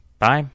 Bye